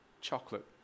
chocolate